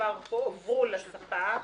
שהוכנסו בו נתקבל.